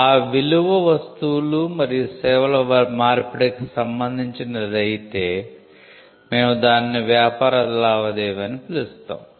ఆ విలువ వస్తువులు మరియు సేవల మార్పిడికి సంబంధించినది అయితే మేము దానిని వ్యాపార లావాదేవి అని పిలుస్తాము